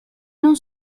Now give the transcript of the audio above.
non